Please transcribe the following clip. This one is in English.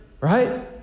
right